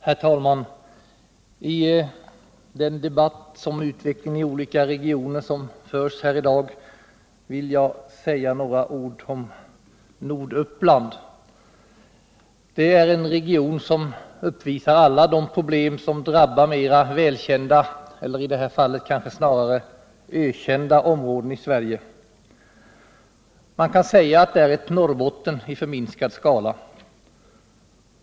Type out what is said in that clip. Herr talman! I den debatt om utvecklingen i olika regioner som förs här i dag vill jag säga några ord om Norduppland. Norduppland är en region som uppvisar alla de problem som drabbar mera välkända, eller i det här fallet kanske snarare ökända, områden i Sverige. Man kan säga att det är Norrbotten i förminskad skala.